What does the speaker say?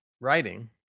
writing